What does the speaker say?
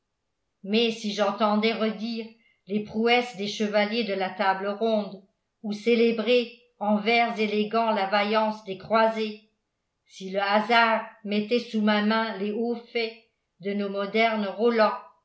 mais si j'entendais redire les prouesses des chevaliers de la table ronde ou célébrer en vers élégants la vaillance des croisés si le hasard mettait sous ma main les hauts faits de nos modernes rolands